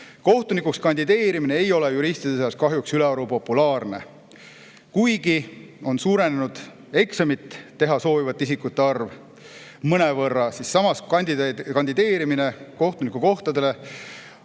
Kohtunikuks kandideerimine ei ole juristide seas kahjuks ülearu populaarne. Kuigi mõnevõrra on suurenenud eksamit teha soovivate isikute arv, oli samas kandideerimine kohtunikukohtadele